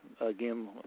again